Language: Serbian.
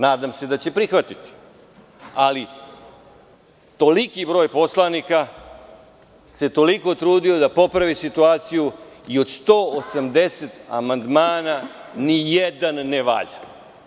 Nadam se da će prihvatiti, ali toliki broj poslanika se toliko trudio da popravi situaciju i od 180 amandmana ni jedan ne valja.